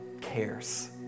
cares